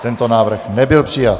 Tento návrh nebyl přijat.